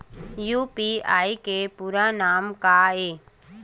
UPI के पूरा नाम का ये?